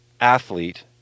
athlete